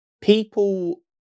people